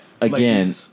again